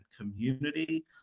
community